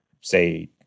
say